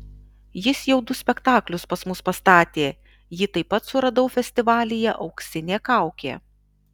jis jau du spektaklius pas mus pastatė jį taip pat suradau festivalyje auksinė kaukė